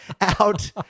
out